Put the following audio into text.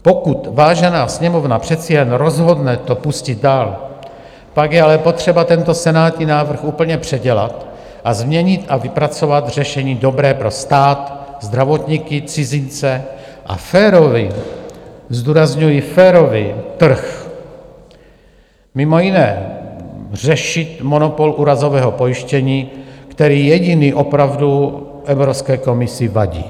Pokud vážená Sněmovna přece jen rozhodne propustit dál, pak je ale potřeba tento senátní návrh úplně předělat a změnit a vypracovat řešení dobré pro stát, zdravotníky, cizince a férový zdůrazňuji férový trh, mimo jiné řešit monopol úrazového pojištění, který jediný opravdu Evropské komisi vadí.